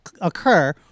occur